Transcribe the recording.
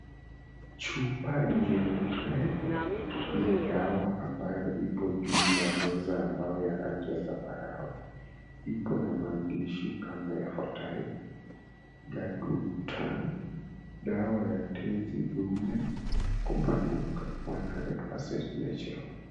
Chupa nyeupe ya dawa ambayo ipo juu ya meza ya mbao ya rangi ya zambarau ipo na maandishi kama yafuatayo, "Gadutan dawa ya tenzi dume kupanuka 100% natural".